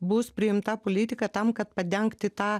bus priimta politika tam kad padengti tą